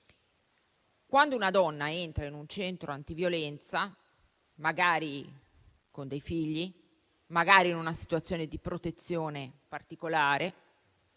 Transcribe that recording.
Quando una donna entra in un centro antiviolenza, magari con dei figli, magari in una situazione di protezione particolare,